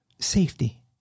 Safety